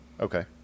okay